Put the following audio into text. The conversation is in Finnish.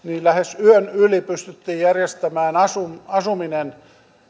lähes yön yli pystyttiin järjestämään asuminen